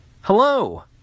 Hello